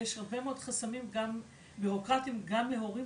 יש הרבה מאוד חסמים בירוקרטים גם להורים